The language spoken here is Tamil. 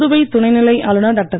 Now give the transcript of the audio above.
புதுவை துணைநிலை ஆளுனர் டாக்டர்